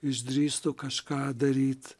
išdrįstų kažką daryt